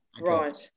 Right